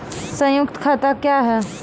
संयुक्त खाता क्या हैं?